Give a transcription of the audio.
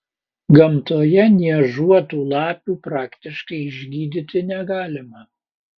gamtoje niežuotų lapių praktiškai išgydyti negalima